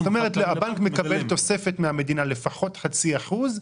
זאת אומרת הבנק מקבל תוספת מהמדינה לפחות חצי אחוז,